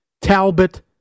Talbot